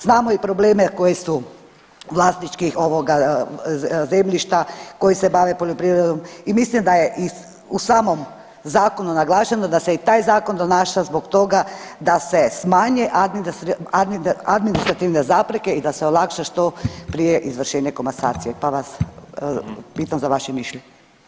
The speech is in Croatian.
Znamo i problem koji su vlasničkih ovoga zemljišta koji se bave poljoprivredom i mislim da i u samom zakonu naglašeno da se i taj zakon donaša zbog toga da se smanjuje administrativne zapreke da se olakša što prije izvršenje komasacije, pa vas pitam za vaše mišljenje.